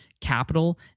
Capital